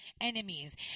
enemies